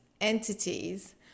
entities